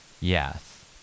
Yes